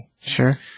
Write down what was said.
Sure